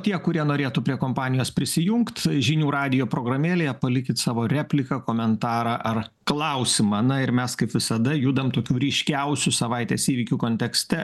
tie kurie norėtų prie kompanijos prisijungt žinių radijo programėlėje palikit savo repliką komentarą ar klausimą na ir mes kaip visada judam tokių ryškiausių savaitės įvykių kontekste